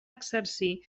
exercir